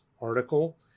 article